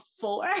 four